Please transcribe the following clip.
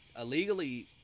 illegally